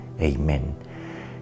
Amen